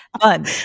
fun